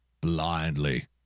Blindly